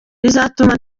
bizatuma